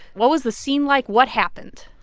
what was the scene like? what happened?